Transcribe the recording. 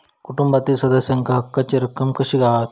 कुटुंबातील सदस्यांका हक्काची रक्कम कशी गावात?